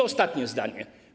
Ostatnie zdanie.